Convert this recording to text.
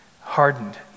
hardened